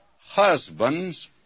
Husbands